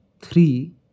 three